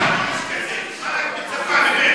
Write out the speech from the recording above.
מה את מצפה מאיש כזה?